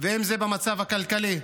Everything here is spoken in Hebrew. ואם זה במצב הכלכלי.